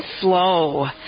slow